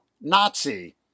Nazi